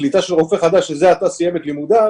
קליטה של רופא חדש שזה עתה סיים את לימודיו